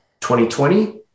2020